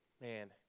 man –